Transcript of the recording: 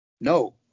No